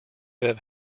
have